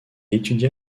étudia